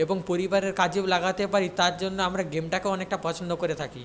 এবং পরিবারের কাজেও লাগাতে পারি তার জন্য আমরা গেমটাকেও অনেকটা পছন্দ করে থাকি